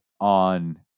on